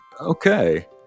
Okay